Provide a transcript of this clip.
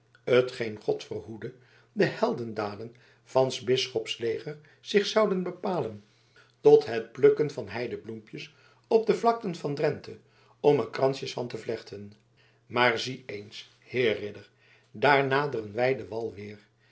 geen god verhoede de heldendaden van s bisschops leger zich zouden bepalen tot het plukken van heidebloempjes op de vlakten van drente om er kransjes van te vlechten maar zie eens heer ridder daar naderen wij den wal